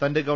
തന്റെ ഗവ